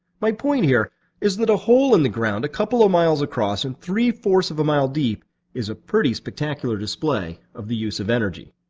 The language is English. my point here is that a hole in the ground a couple miles across and three fourths of a mile deep is a pretty spectacular display of the use of energy.